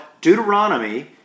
Deuteronomy